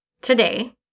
today